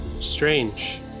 strange